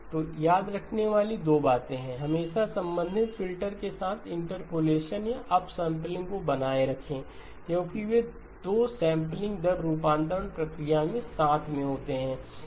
तो याद रखने वाली 2 बातें है हमेशा संबंधित फिल्टर के साथ इंटरपोलेशन या अपसेंपलिंग को बनाए रखें क्योंकि वे 2 सेंपलिंग दर रूपांतरण प्रक्रिया में साथ में होते हैं